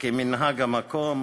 וכמנהג המקום,